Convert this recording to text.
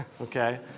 okay